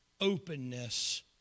openness